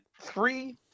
three